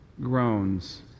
groans